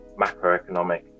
macroeconomic